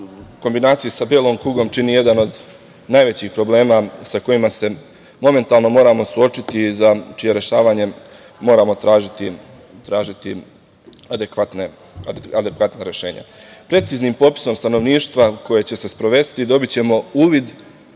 kombinaciji sa belom kugom čini jedan od najvećih problema sa kojima se momentalno moramo suočiti i za čije rešavanje moramo tražiti adekvatna rešenja. Preciznim popisom stanovništva koje će se sprovesti dobićemo uvid